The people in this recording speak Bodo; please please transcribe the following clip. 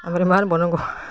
ओमफ्राय मा होनबावनांगौ